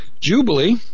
Jubilee